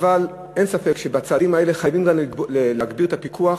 אבל אין ספק שבצעדים האלה חייבים להגביר את הפיקוח.